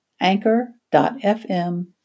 anchor.fm